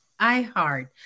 iHeart